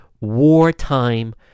wartime